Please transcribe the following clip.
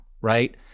right